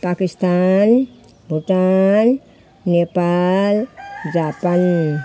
Pakistan Bhutan Nepal Japan